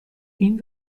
این